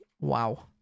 Wow